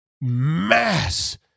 mass